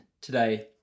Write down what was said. today